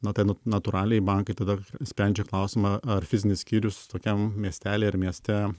na tai na natūraliai bankai tada sprendžia klausimą ar fizinis skyrius tokiam miestely ar mieste